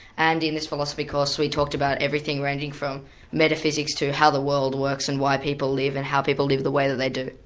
and in this philosophy course we talked about everything, ranging from metaphysics to how the world works and why people live, and how people live the way that they do.